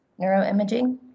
neuroimaging